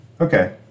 Okay